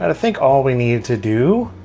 and think all we need to do,